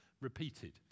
repeated